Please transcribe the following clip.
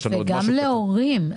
וגם להורים.